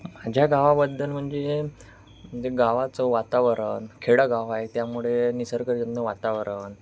माझ्या गावाबद्दल म्हणजे म्हणजे गावाचं वातावरण खेडंगाव आहे त्यामुळे निसर्गजन्य वातावरण